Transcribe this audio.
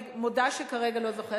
אני מודה שכרגע אני לא זוכרת.